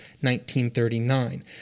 1939